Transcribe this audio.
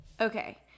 Okay